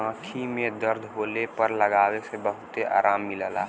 आंखी में दर्द होले पर लगावे से बहुते आराम मिलला